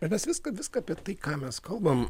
bet mes viską viską apie tai ką mes kalbam